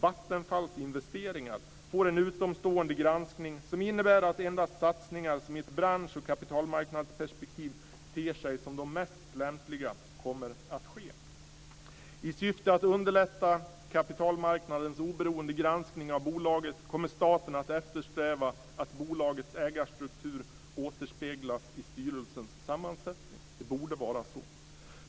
Vattenfalls investeringar får en utomstående granskning som innebär att endast satsningar som i ett bransch och kapitalmarknadsperspektiv ter sig som de mest lämpliga kommer att ske. I syfte att underlätta kapitalmarknadens oberoende granskning av bolaget kommer staten att eftersträva att bolagets ägarstruktur återspeglas i styrelsens sammansättning. Det borde vara så.